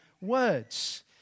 words